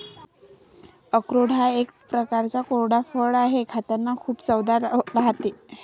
अक्रोड हा एक प्रकारचा कोरडा फळ आहे, खातांना खूप चवदार राहते